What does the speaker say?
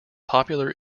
popular